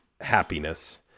happiness